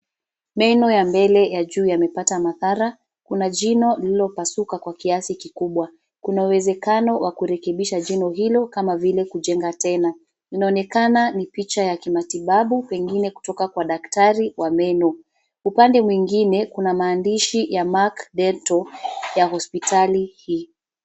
Meno ya mbele ya juu yamepata madhara. Kuna jino lililopasuka kwa kiasi kikubwa. Kuna uwezekano wa kurekebisha jino hilo kama vile kujenga tena. Inaonekana ni picha ya kimatibabu, pengine kutoka kwa daktari wa meno. Upande mwingine kuna maandishi ya Mark Dental ya hosipitali hii.